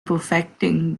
perfecting